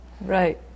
right